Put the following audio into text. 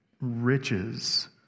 riches